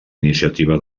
iniciativa